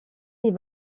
est